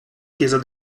chiesa